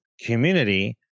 community